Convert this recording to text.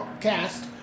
cast